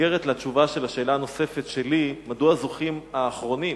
במסגרת התשובה על השאלה הנוספת שלי מדוע זוכים האחרונים,